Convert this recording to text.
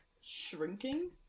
shrinking